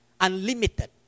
Unlimited